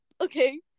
okay